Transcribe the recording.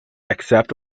except